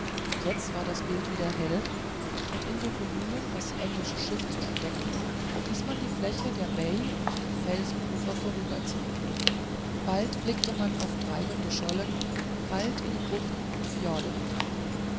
jetzt war das bild wieder hell und in dem bemühen das englische schiff zu entdecken ließ man die fläche der bai und die felsenufer vorüberziehen bald blickte man auf treibende schollen bald in buchten und fjorde hinein